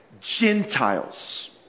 Gentiles